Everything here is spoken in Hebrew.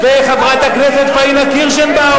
גם חברת הכנסת פאינה קירשנבאום,